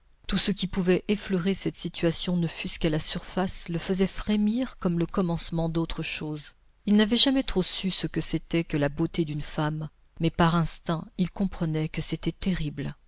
tout ce qui pouvait effleurer cette situation ne fût-ce qu'à la surface le faisait frémir comme le commencement d'autre chose il n'avait jamais trop su ce que c'était que la beauté d'une femme mais par instinct il comprenait que c'était terrible